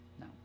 No